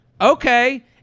okay